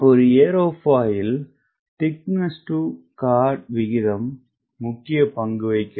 ஒருஏரோபாயில் thickness to chord விகிதம் முக்கிய பங்கு வகிக்கிறது